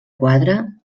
quadre